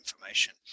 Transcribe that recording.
information